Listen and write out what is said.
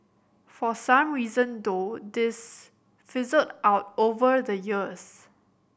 for some reason though this fizzled out over the years